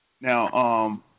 Now –